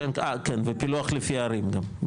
כן ופילוח לפי ערים גם,